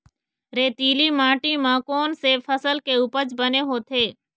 रेतीली माटी म कोन से फसल के उपज बने होथे?